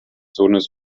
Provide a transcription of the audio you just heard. sohnes